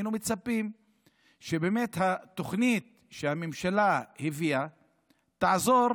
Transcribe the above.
היינו מצפים שהתוכנית שהממשלה הביאה באמת תעזור